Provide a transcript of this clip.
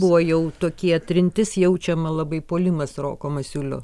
buvo jau tokie trintis jaučiama labai puolimas roko masiulio